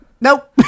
Nope